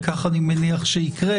וכך אני מניח שיקרה